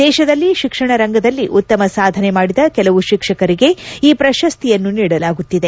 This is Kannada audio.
ದೇಶದಲ್ಲಿ ಶಿಕ್ಷಣ ರಂಗದಲ್ಲಿ ಉತ್ತಮ ಸಾಧನೆ ಮಾಡಿದ ಕೆಲವು ಶಿಕ್ಷಕರಿಗೆ ಈ ಪ್ರಶಸ್ತಿಯನ್ನು ನೀಡಲಾಗುತ್ತದೆ